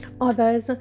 others